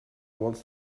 wants